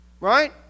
Right